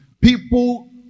People